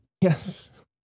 Yes